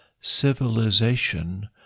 civilization